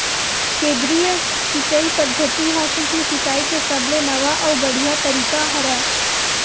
केदरीय सिचई पद्यति ह सुक्ष्म सिचाई के सबले नवा अउ बड़िहा तरीका हरय